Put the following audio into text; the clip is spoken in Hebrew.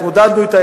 התמודדנו אתה,